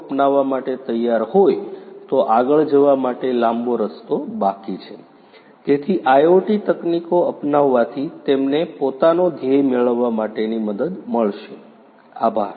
અપનાવવા માટે તૈયાર હોય તો આગળ જવા માટે લાંબો રસ્તો બાકી છે તેથી આઇઓટી તકનીકો અપનાવવાથી તેમને પોતાનો ધ્યેય મેળવવા માટેની મદદ મળશે આભાર